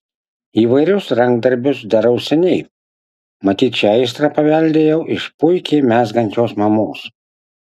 įvairius rankdarbius darau seniai matyt šią aistrą paveldėjau iš puikiai mezgančios mamos